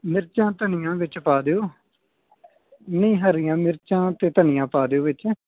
ਮਿਰਚਾਂ ਧਨੀਆਂ ਵਿੱਚ ਪਾ ਦਿਓ ਨਹੀਂ ਹਰੀਆਂ ਮਿਰਚਾਂ ਅਤੇ ਧਨੀਆਂ ਪਾ ਦਿਓ ਵਿੱਚ